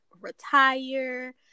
retire